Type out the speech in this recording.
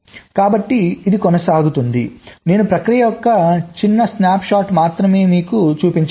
కాబట్టి ఇది కొనసాగుతుంది నేను ప్రక్రియ యొక్క చిన్న స్నాప్ షాట్ మాత్రమే చూపించగలను